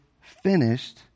finished